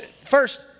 First